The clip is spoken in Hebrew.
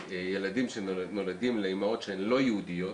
ילדים שנולדים לאימהות שהן לא יהודיות,